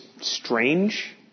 strange